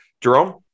Jerome